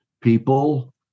People